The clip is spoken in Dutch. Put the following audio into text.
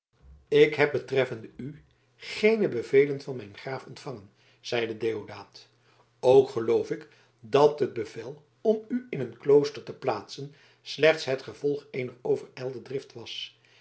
ik heb betreffende u geene bevelen van mijn graaf ontvangen zeide deodaat ook geloof ik dat het bevel om u in een klooster te plaatsen slechts het gevolg eener overijlde drift was